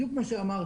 בדיוק כפי שאמרתם.